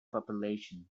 population